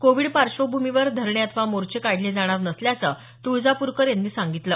Covid पार्श्वभूमीवर धरणे अथवा मोर्चे काढले जाणार नसल्याचं तुळजापूरकर यांनी सांगितलं